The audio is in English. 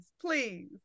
please